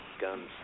guns